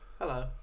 Hello